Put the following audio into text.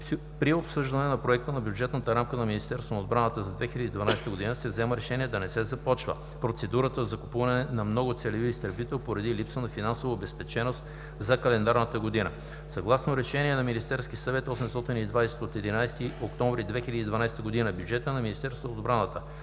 При обсъждане на проекта на бюджетната рамка на Министерството на отбраната за 2012 г. се взема решение да не се започва процедурата за закупуване на многоцелеви изтребител поради липса на финансова обезпеченост за календарната година. Съгласно Решение на Министерския съвет, № 820 от 11 октомври 2012 г. бюджетът на Министерството на отбраната